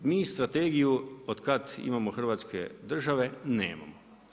Mi strategiju od kad imamo hrvatske države, nemamo.